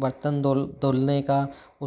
बर्तन धुलने का